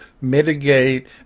mitigate